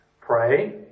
Pray